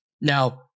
Now